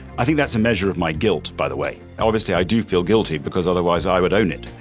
i think that's a measure of my guilt, by the way. obviously, i do feel guilty because otherwise i would own it.